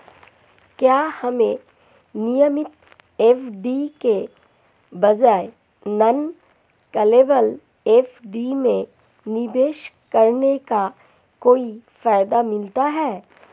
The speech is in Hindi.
क्या हमें नियमित एफ.डी के बजाय नॉन कॉलेबल एफ.डी में निवेश करने का कोई फायदा मिलता है?